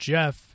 Jeff